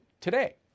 today